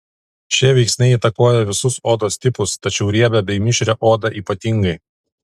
šie veiksniai įtakoja visus odos tipus tačiau riebią bei mišrią odą ypatingai